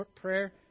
prayer